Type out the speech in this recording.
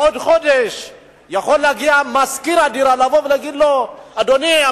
בעוד חודש יכול להגיע משכיר הדירה ולהגיד לו: אדוני,